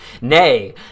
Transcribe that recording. Nay